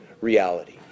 reality